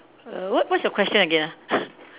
err what what's your question again ah